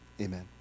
Amen